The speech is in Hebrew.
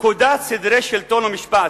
פקודת סדרי שלטון ומשפט